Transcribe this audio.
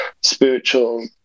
spiritual